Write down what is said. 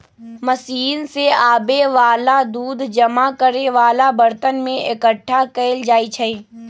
machine से आबे वाला दूध जमा करे वाला बरतन में एकट्ठा कएल जाई छई